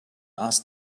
asked